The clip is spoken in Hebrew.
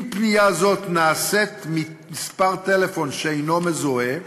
אם פנייה זו נעשית ממספר טלפון שאינו מזוהה,